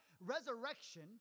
resurrection